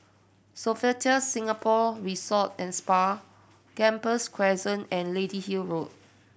Sofitel Singapore Resort and Spa Gambas Crescent and Lady Hill Road